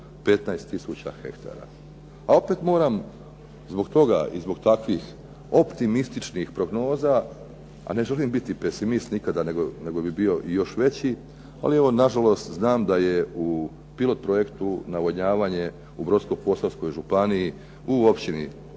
tisuća hektara. A opet moram zbog toga i zbog takvih optimističnih prognoza, a ne želim biti pesimist nikada, nego bih bio još veći. Ali evo nažalost, znam da je u pilot projektu "Navodnjavanje" u Brodsko-posavskoj županiji u općini